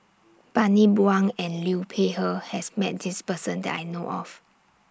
Bani Buang and Liu Peihe has Met This Person that I know of